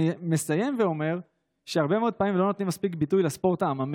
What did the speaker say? אני מסיים ואומר שהרבה מאוד פעמים לא נותנים מספיק ביטוי לספורט העממי.